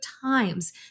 times